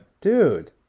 Dude